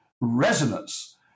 resonance